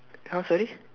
!huh! sorry